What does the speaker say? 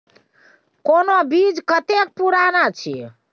कोनो बीज कतेक पुरान अछि?